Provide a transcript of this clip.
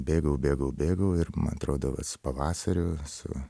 bėgau bėgau bėgau ir man atrodo va su pavasariu su